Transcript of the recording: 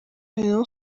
rayon